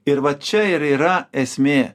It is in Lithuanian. ir va čia ir yra esmė